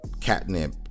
catnip